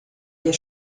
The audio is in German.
der